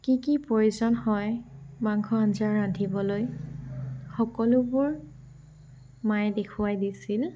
কি কি প্ৰয়োজন হয় মাংস আঞ্জা ৰান্ধিবলৈ সকলোবোৰ মায়ে দেখোৱাই দিছিল